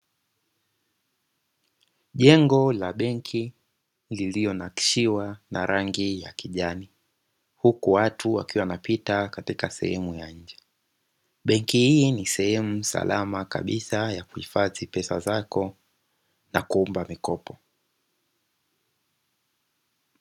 Jengo la benki lililonakshiwa na rangi ya kijani huku watu wakiwa wanapita katika sehemu ya nje. Benki hii ni sehemu salama kabisa ya kuhifadhi pesa zako na kuomba mikopo.